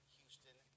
Houston